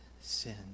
sin